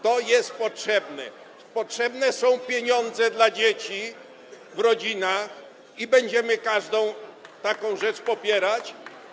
To jest potrzebne, potrzebne są pieniądze dla dzieci w rodzinach i będziemy każdą taką rzecz popierać.